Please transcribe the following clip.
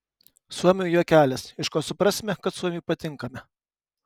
suomių juokelis iš ko suprasime kad suomiui patinkame